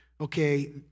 okay